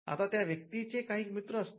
आता त्या व्यक्तीचे काही मित्र असतात